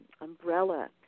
umbrella